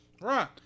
Right